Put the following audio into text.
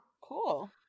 Cool